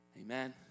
Amen